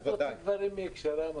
הוצאו כאן דברים מהקשרם.